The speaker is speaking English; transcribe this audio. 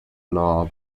law